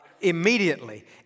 Immediately